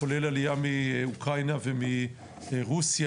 כולל עלייה מאוקראינה ומרוסיה,